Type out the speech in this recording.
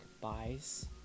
buys